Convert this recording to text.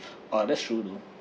ah that's true though